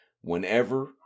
whenever